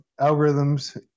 algorithms